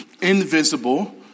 invisible